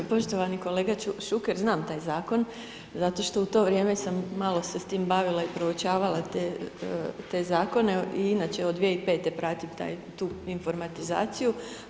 Poštovani kolega Šuker, znam taj Zakon zato što u to vrijeme sam malo se s tim bavila i proučavala te Zakone i inače od 2005.-te pratim tu informatizaciju.